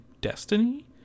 Destiny